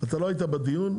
שהעלינו להם.